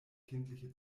kindliche